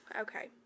Okay